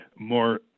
More